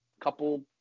couple